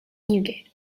newgate